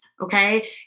Okay